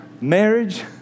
Marriage